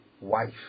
wife